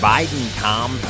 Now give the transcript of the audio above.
Biden-Tom